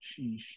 sheesh